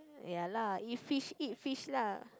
ya lah if fish eat fish lah